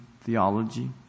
theology